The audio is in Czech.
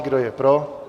Kdo je pro?